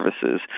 services